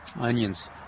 onions